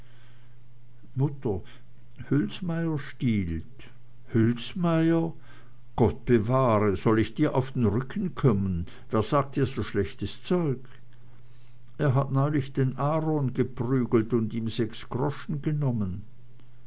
mutter hülsmeyer stiehlt hülsmeyer gott bewahre soll ich dir auf den rücken kommen wer sagt dir so schlechtes zeug er hat neulich den aaron geprügelt und ihm sechs groschen genommen